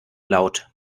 laut